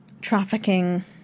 trafficking